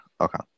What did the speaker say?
Okay